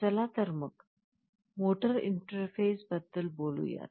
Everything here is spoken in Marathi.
चला तर मग मोटर इंटरफेस बद्दल बोलूयात